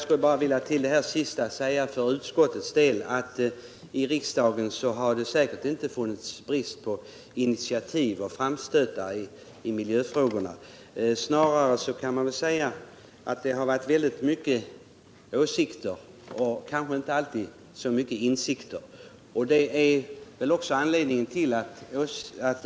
Herr talman! För utskottets del vill jag säga att det inte har varit brist på initiativ och framstötar i miljöfrågor här i riksdagen. Snarare kan man säga att det har varit väldigt mycket åsikter och kanske inte alltid så mycket insikter.